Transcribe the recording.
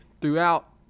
throughout